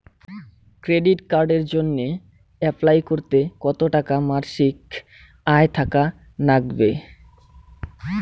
Credit কার্ডের জইন্যে apply করিতে কতো টাকা মাসিক আয় থাকা নাগবে?